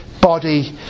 body